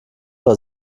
war